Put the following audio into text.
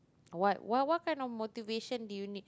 what what what kind of motivation did you need